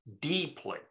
deeply